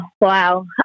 wow